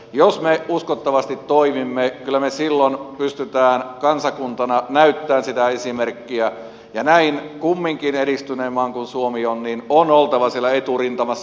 jos me uskottavasti toimimme kyllä me silloin pystymme kansakuntana näyttämään sitä esimerkkiä ja kumminkin näin edistyneen maan kuin suomi on on oltava siellä eturintamassa